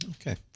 Okay